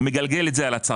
הוא מגלגל את זה על הצרכן.